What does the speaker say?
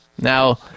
Now